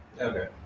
Okay